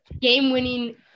Game-winning –